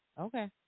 Okay